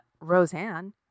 Roseanne